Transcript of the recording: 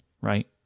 right